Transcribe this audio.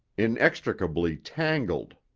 inextricably tangled.